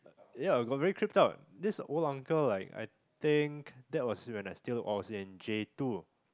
ya I got very creeped up this old uncle like I think that was when I still was in J two